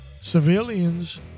Civilians